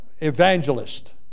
evangelist